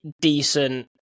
decent